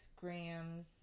grams